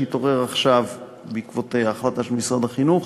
שהתעורר עכשיו בעקבות החלטה של משרד החינוך.